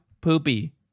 poopy